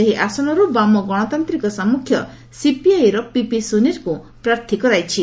ସେହି ଆସନରୁ ବାମ ଗଣତାନ୍ତିକ ସାମ୍ମୁଖ ସିପିଆଇର ପିପି ସୁନିର୍ଙ୍କୁ ପ୍ରାର୍ଥୀ କରାଇଛି